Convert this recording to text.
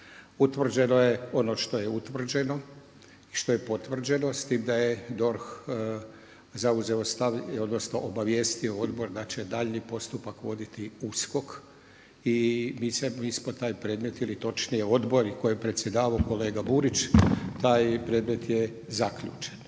Utvrđeno je ono što je utvrđeno i što je potvrđeno, s tim da je DORH zauzeo stav odnosno obavijestio odbor da će daljnji postupak voditi USKOK i … taj predmet ili točnije odbor i tko je predsjedavao, kolega Burić, taj predmet je zaključen.